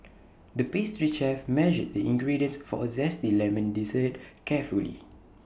the pastry chef measured the ingredients for A Zesty Lemon Dessert carefully